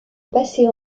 passé